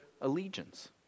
allegiance